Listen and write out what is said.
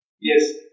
Yes